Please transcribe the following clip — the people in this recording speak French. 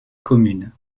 communes